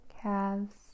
calves